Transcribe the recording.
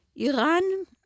Iran